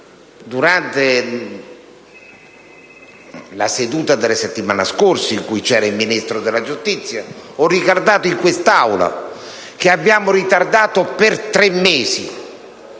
durante la seduta della settimana scorsa quando c’era il Ministro della giustizia, ho ricordato in quest’Aula che abbiamo ritardato per tre mesi